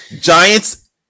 Giants